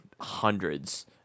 Hundreds